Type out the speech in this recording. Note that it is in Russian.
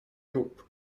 групп